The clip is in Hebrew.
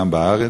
גם בארץ.